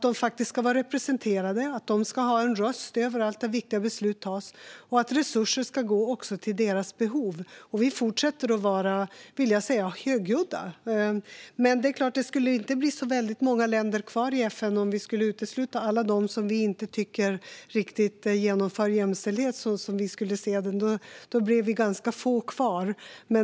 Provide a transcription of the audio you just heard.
De ska vara representerade och ha en röst överallt där viktiga beslut tas. Resurser ska dessutom gå också till deras behov. Vi fortsätter att vara högljudda, vill jag säga. Men det är klart: Det skulle inte bli så väldigt många länder kvar i FN om vi skulle utesluta alla dem som vi inte tycker riktigt genomför jämställdhet så som vi skulle vilja. Då skulle vi bli ganska få kvar.